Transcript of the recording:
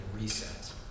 reset